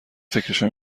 فکرشو